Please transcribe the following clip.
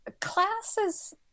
classes